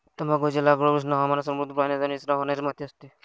तंबाखूची लागवड उष्ण हवामानात समृद्ध, पाण्याचा निचरा होणारी माती असते